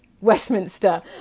Westminster